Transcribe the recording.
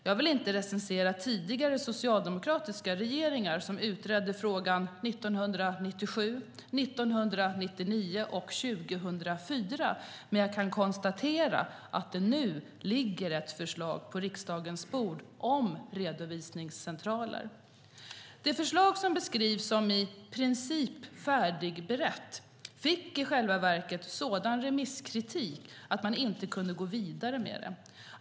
Jag vill inte recensera tidigare socialdemokratiska regeringar som utredde frågan 1997, 1999 och 2004, men jag kan konstatera att det nu ligger ett förslag på riksdagens bord om redovisningscentraler. Det förslag som beskrivs som "i princip . färdigberett" fick i själva verket sådan remisskritik att man inte kunde gå vidare med det.